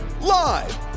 Live